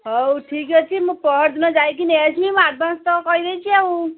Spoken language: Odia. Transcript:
ହଉ ଠିକ୍ ଅଛି ମୁଁ ପହରଦିନ ଯାଇକି ନେଇ ଆସିବି ମୁଁ ଆଡ଼ଭାନ୍ସ ତ କହିଦେଇଛି ଆଉ